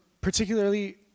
particularly